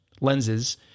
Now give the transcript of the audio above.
Lenses